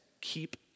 keep